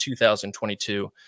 2022